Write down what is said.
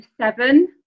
seven